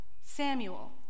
Samuel